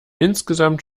insgesamt